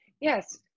Yes